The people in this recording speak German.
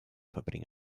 verbringen